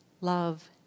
Love